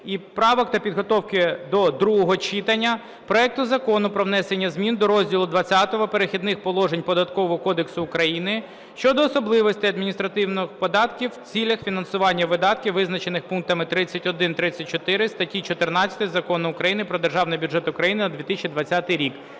і правок та підготовки до другого читання проекту Закону про внесення змін до розділу XX "Перехідних положень" Податкового кодексу України (щодо особливостей адміністрування податків в цілях фінансування видатків, визначених пунктами 31-34 статті 14 Закону України "Про Державний бюджет України на 2020 рік").